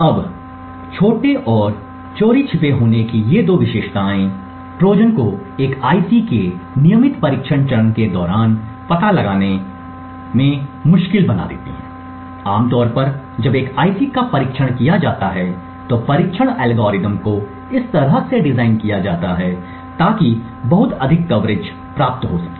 अब छोटे और चोरी छिपे होने की ये दो विशेषताएं ट्रोजन को एक आईसी के नियमित परीक्षण चरण के दौरान पता लगाना बहुत मुश्किल बना देती हैं आमतौर पर जब एक आईसी का परीक्षण किया जाता है तो परीक्षण एल्गोरिदम को इस तरह से डिज़ाइन किया जाता है ताकि बहुत अधिक कवरेज प्राप्त हो सके